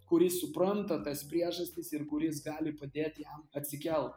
kuris supranta tas priežastis ir kuris gali padėt jam atsikelt